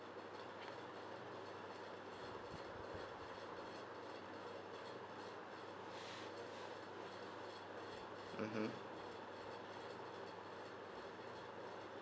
mmhmm